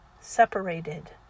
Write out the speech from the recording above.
separated